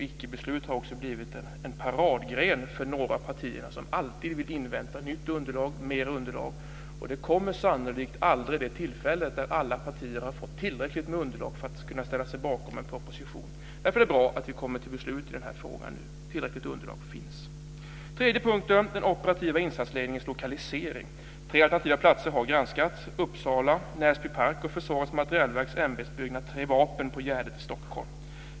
Icke-beslut har också blivit en paradgren för några av partierna, som alltid vill invänta nytt underlag och mer underlag. Det tillfälle då alla partier har fått tillräckligt med underlag för att kunna ställa sig bakom en proposition kommer sannolikt aldrig. Därför är det bra att vi kommer till beslut i frågan nu. Tillräckligt underlag finns. Den tredje punkten är den operativa insatsledningens lokalisering. Tre alternativa platser har granskats: Uppsala, Näsbypark och Försvarets materielverks ämbetsbyggnad Tre Vapen på Gärdet i Stockholm.